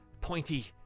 pointy